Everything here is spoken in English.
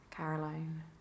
Caroline